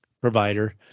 provider